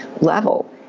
level